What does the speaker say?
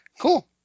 cool